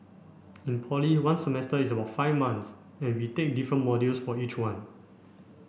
in poly one semester is about five months and we take different modules for each one